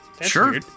Sure